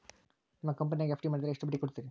ನಿಮ್ಮ ಕಂಪನ್ಯಾಗ ಎಫ್.ಡಿ ಮಾಡಿದ್ರ ಎಷ್ಟು ಬಡ್ಡಿ ಕೊಡ್ತೇರಿ?